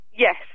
Yes